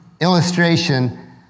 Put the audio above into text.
illustration